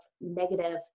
negative